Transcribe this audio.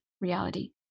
reality